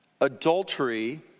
adultery